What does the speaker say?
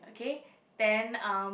okay then um